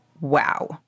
wow